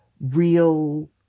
real